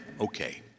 Okay